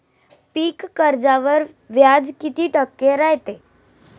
पीक कर्जावर व्याज किती टक्के रायते?